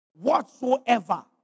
whatsoever